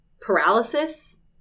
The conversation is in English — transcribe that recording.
paralysis